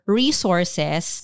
resources